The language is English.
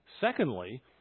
Secondly